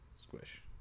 Squish